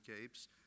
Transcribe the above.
capes